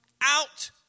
out